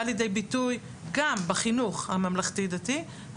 לידי ביטוי גם בחינוך הממלכתי דתי,